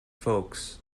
folks